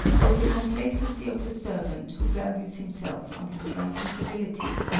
with the complacency of the servant who values himself on his rank in servility,